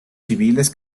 civiles